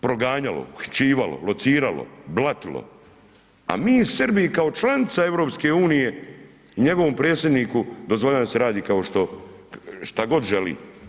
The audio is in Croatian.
Proganjalo, uhićivalo, lociralo, blatilo, a mi i Srbi kao članica EU njegovom predsjedniku dozvoljavamo da se radi kao što što god želi.